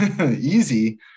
easy